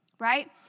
Right